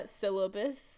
syllabus